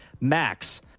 Max